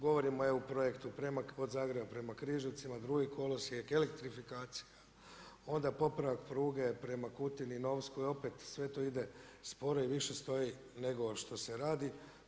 Govorimo o EU projektu od Zagreba prema Križevcima drugi kolosijek, elektrifikacija, onda popravak pruge prema Kutini i Novskoj, opet sve to ide sporo i više stoji nego što se radi.